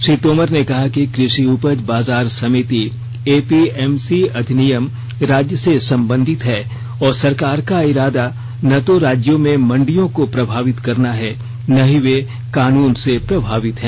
श्री तोमर ने कहा कि कृषि उपज बाजार समिति एपीएमसी अधिनियम राज्य से संबंधित है और सरकार का इरादा न तो राज्यों में मंडियों को प्रभावित करना है न ही वे कानून से प्रभावित हैं